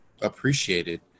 appreciated